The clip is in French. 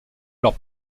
leur